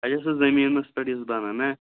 اچھا سُہ زٔمیٖنَس پٮ۪ٹھ یُس بَنان نہ